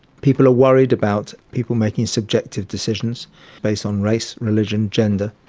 people are worried about people making subjective decisions based on race, religion, gender,